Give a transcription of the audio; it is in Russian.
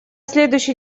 следующий